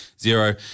zero